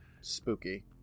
Spooky